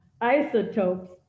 Isotopes